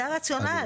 זה הרציונל.